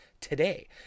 today